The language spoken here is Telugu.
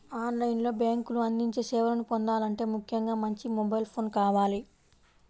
ఆన్ లైన్ లో బ్యేంకులు అందించే సేవలను పొందాలంటే ముఖ్యంగా మంచి మొబైల్ ఫోన్ కావాలి